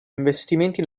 investimenti